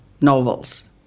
novels